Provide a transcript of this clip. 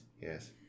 yes